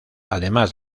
además